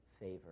favor